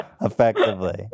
effectively